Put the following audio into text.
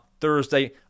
Thursday